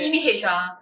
okay